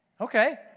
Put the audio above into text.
Okay